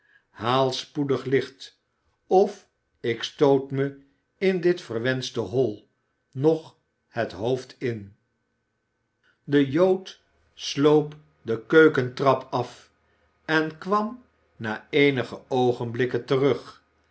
haal spoedig licht of ik stoot me in dit verwenschte hol nog het hoofd in de jood sloop de keukentrap af en kwam na eenige oogenblikken terug